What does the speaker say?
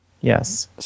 Yes